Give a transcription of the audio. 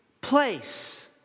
place